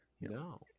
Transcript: no